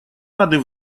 рады